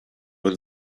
was